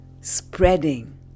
spreading